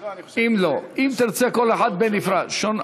לא, אני חושב, אם תרצה כל אחת בנפרד, הן שונות.